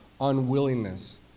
unwillingness